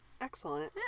Excellent